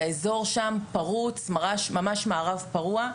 האזור שם פרוץ, ממש המערב פרוע.